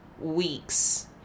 weeks